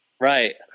right